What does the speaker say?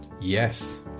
Yes